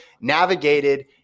navigated